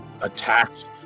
attacked